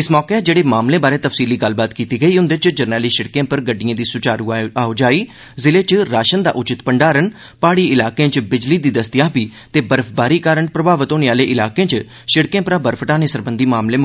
इस मौके जेहड़े मामलें बारै तफ्सीली गल्लबात कीती गेई उंदे च जरनैली सिड़कै पर गड़िड़एं दी सुचारू आओजाई जिले च राशन दा उचित भंडारण प्हाड़ी इलाकें च बिजली दी दस्तयाबी ते बर्फबारी कारण प्रभावत होने आहले इलाकें च सिड़कें परा बर्फ हटाने सरबंधी मामले